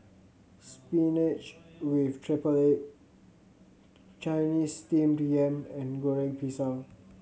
spinach with triple egg Chinese Steamed Yam and Goreng Pisang